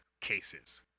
cases